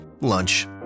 lunch